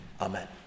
amen